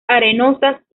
arenosas